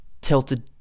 tilted